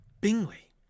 Bingley